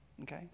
okay